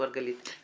גלית?